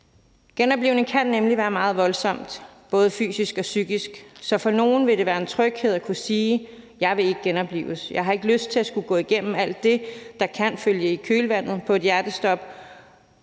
Genoplivning kan nemlig være meget voldsomt, både fysisk og psykisk. Så for nogle vil det være en tryghed at kunne sige: Jeg vil ikke genoplives, jeg har ikke lyst til at skulle gå igennem alt det, der kan følge i kølvandet på en